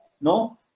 No